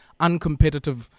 uncompetitive